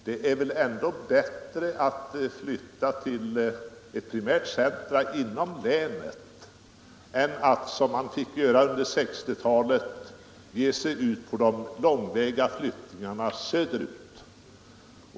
Det är väl i alla fall bättre att flytta till ett primärt centrum inom egna länet än att, som man fick göra under 1960-talet, ge sig i väg på långväga flyttningar söderut.